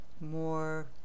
more